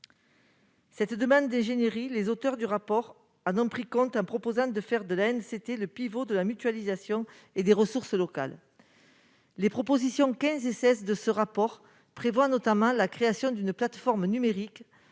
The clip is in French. la demande d'ingénierie, en proposant de faire de l'ANCT le pivot de la mutualisation et des ressources locales. Les propositions 15 et 16 de ce rapport prévoient notamment la création d'une plateforme numérique